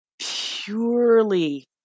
purely